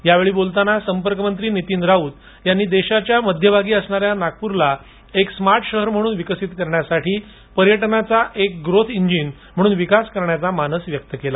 यावेळी बोलताना संपर्कमंत्री नीतीन राऊत यांनी देशाच्या मध्यभागी असणाऱ्या नागपूरला एक स्मार्ट शहर म्हणून विकसित करण्यासाठी पर्यटनाचा एक ग्रोथ इंजिन म्हणून विकास करण्याचा मानस व्यक्त केला